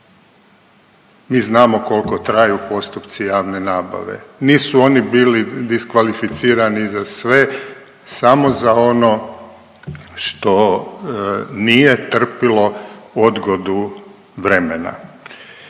Mi znamo koliko traju postupci javne nabave, nisu oni bili diskvalificirani za sve, samo za ono što nije trpilo odgodu vremena.